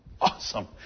Awesome